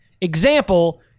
Example